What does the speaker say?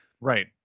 Right